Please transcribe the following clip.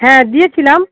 হ্যাঁ দিয়েছিলাম